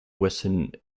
western